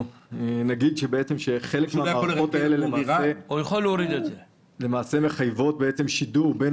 חלק מן המערכות האלה למעשה מחייבות שידור בין